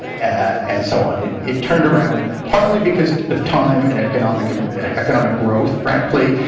and so on. it it turned around, partly because of time and economic and economic growth, frankly,